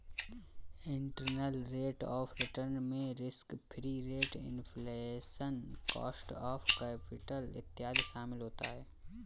internal rate of return में risk free rate, inflation, cost of capital इत्यादि शामिल होता है